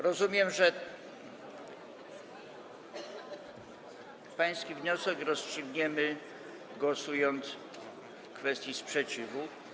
Rozumiem, że pański wniosek rozstrzygniemy, głosując w kwestii sprzeciwu.